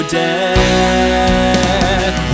death